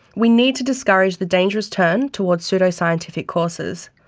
we need to discourage the dangerous turn towards pseudoscientific courses.